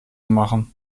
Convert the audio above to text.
machen